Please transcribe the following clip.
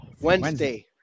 Wednesday